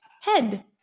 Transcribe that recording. head